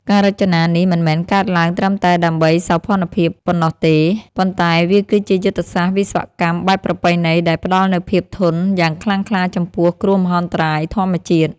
ការរចនានេះមិនមែនកើតឡើងត្រឹមតែដើម្បីសោភ័ណភាពប៉ុណ្ណោះទេ ប៉ុន្តែវាគឺជាយុទ្ធសាស្ត្រវិស្វកម្មបែបប្រពៃណីដែលផ្តល់នូវភាពធន់យ៉ាងខ្លាំងក្លាចំពោះគ្រោះមហន្តរាយធម្មជាតិ។